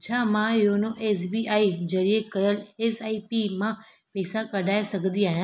छा मां YONO S B I ज़रिए कयल एस आई पी मां पैसा कढाए सघंदी आहियां